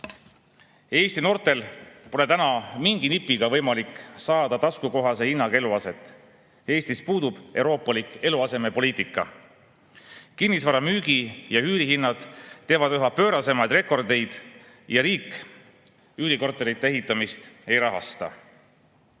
noortel pole täna mingi nipiga võimalik saada taskukohase hinnaga eluaset. Eestis puudub euroopalik eluasemepoliitika. Kinnisvara müügi- ja üürihinnad teevad üha pöörasemaid rekordeid ning riik üürikorterite ehitamist piisavas